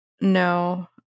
No